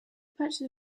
patches